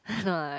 no lah like